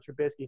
Trubisky